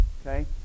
okay